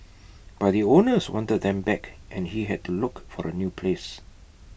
but the owners wanted them back and he had to look for A new place